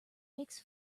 makes